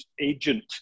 agent